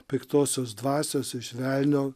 piktosios dvasios iš velnio